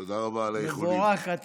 מבורך אתה.